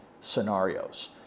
scenarios